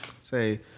say